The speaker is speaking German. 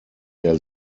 der